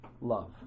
love